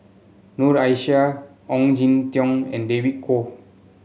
Noor Aishah Ong Jin Teong and David Kwo